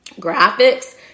graphics